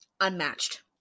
unmatched